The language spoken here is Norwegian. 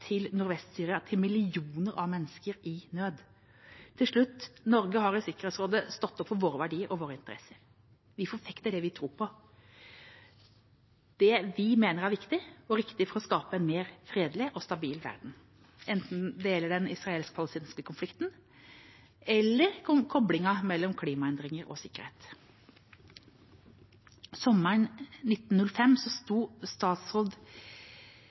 til Nordvest-Syria til millioner av mennesker i nød. Til slutt: Norge har i Sikkerhetsrådet stått opp for våre verdier og våre interesser. Vi forfekter det vi tror på, det vi mener er viktig og riktig for å skape en mer fredelig og stabil verden, enten det gjelder den israelsk-palestinske konflikten eller koblingen mellom klimaendringer og sikkerhet. Sommeren 1905 stod statsråd